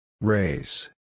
Race